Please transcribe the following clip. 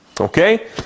okay